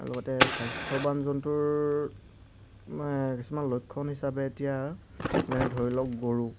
আৰু লগতে স্বাস্থ্যৱান জন্তুৰ কিছুমান লক্ষণ হিচাপে এতিয়া যেনে ধৰি লওক গৰু